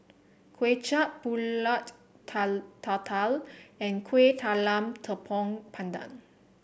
Kway Chap pulut Tatal and Kueh Talam Tepong Pandan